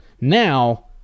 Now